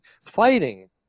fighting